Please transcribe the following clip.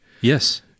Yes